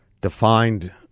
defined